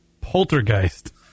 poltergeist